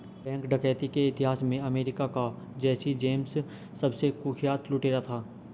bank डकैती के इतिहास में अमेरिका का जैसी जेम्स सबसे कुख्यात लुटेरा था